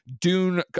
Dune